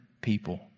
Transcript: people